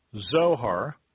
Zohar